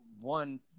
one